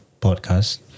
podcast